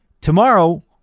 Tomorrow